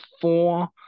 four